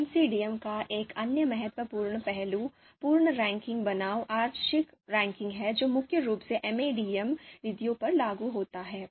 अब एमसीडीएम का एक अन्य महत्वपूर्ण पहलू पूर्ण रैंकिंग बनाम आंशिक रैंकिंग है जो मुख्य रूप से एमएडीएम विधियों पर लागू होता है